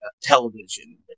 television